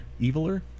eviler